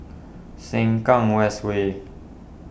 Sengkang West Way